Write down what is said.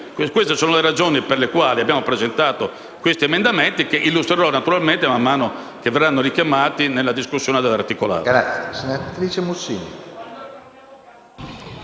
Queste sono le ragioni per cui abbiamo presentato degli emendamenti, che illustrerò man mano che verranno richiamati nella discussione dell'articolato.